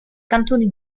cantoni